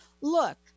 Look